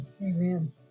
Amen